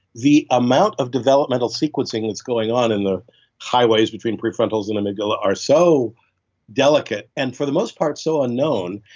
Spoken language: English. the amount of developmental developmental sequencing that's going on in the highways between prefrontals and amygdala are so delicate and for the most part so unknown.